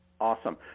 Awesome